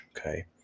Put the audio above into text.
okay